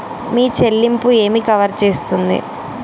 మీ చెల్లింపు ఏమి కవర్ చేస్తుంది?